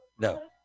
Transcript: No